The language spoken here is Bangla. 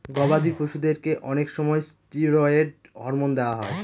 গবাদি পশুদেরকে অনেক সময় ষ্টিরয়েড হরমোন দেওয়া হয়